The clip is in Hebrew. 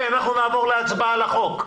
אנחנו נעבור להצבעה על החוק.